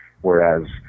whereas